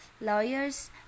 lawyers